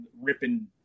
ripping